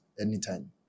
anytime